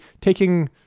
taking